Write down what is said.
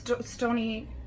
Stony